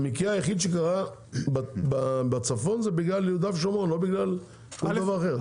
המקרה היחיד שקרה בצפון זה בגלל יהודה ושומרון לא בגלל דבר שום אחר.